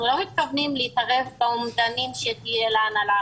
אנחנו לא מתכוונים להתערב באומדנים שיהיו להנהלה.